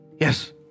Yes